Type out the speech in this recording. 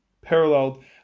paralleled